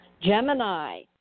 Gemini